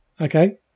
Okay